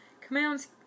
commands